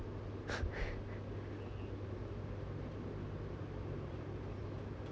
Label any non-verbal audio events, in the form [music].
[breath]